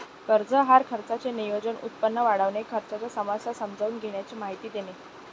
कर्ज आहार खर्चाचे नियोजन, उत्पन्न वाढविणे, खर्चाच्या समस्या समजून घेण्याची माहिती देणे